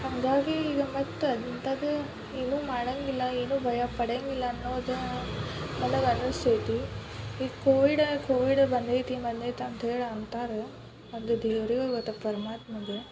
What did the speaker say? ಹಾಗಾಗಿ ಈಗ ಮತ್ತೆ ಅಂಥದ್ದು ಏನೂ ಮಾಡಂಗಿಲ್ಲ ಏನೂ ಭಯ ಪಡಂಗಿಲ್ಲ ಅನ್ನೋದು ನನಗೆ ಅನಿಸ್ತೈತಿ ಈ ಕೋವಿಡ್ ಕೋವಿಡ್ ಬಂದೈತಿ ಬಂದೈತಿ ಅಂತ ಹೇಳಿ ಅಂತಾರೆ ಅದು ದೇವ್ರಿಗೇ ಗೊತ್ತಪ್ಪ ಪರಮಾತ್ಮನ್ಗೆ